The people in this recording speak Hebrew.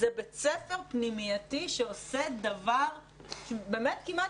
זה בית ספר פנימייתי שעושה דבר שהוא באמת כמעט